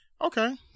okay